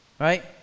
right